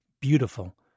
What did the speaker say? beautiful